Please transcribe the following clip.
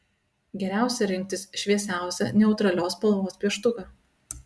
geriausia rinktis šviesiausią neutralios spalvos pieštuką